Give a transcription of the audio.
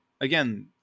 again